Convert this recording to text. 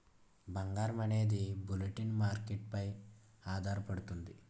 బంగారం అనేది bulletin market పై ఆధారపడుతుంది